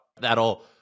that'll